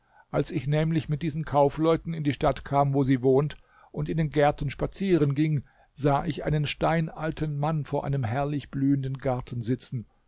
als ich nämlich mit diesen kaufleuten in die stadt kam wo sie wohnt und in den gärten spazieren ging sah ich einen steinalten mann vor einem herrlich blühenden garten sitzen